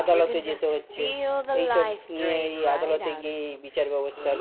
আদালতে যেতে হচ্ছে এই সব নিয়ে এই আদালতে গিয়ে এই বিচার ব্যবস্থার